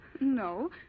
No